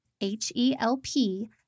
H-E-L-P